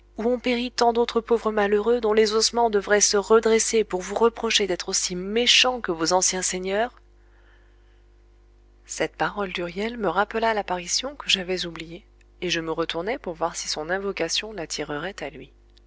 où ont péri tant d'autres pauvres malheureux dont les ossements devraient se redresser pour vous reprocher d'être aussi méchants que vos anciens seigneurs cette parole d'huriel me rappela l'apparition que j'avais oubliée et je me retournai pour voir si son invocation l'attirerait à lui